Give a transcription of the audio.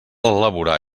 elaborar